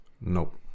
Nope